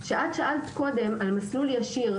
כשאת שאלת קודם על מסלול ישיר,